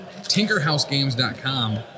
TinkerHouseGames.com